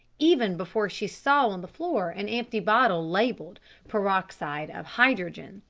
even before she saw on the floor an empty bottle labelled peroxide of hydrogen.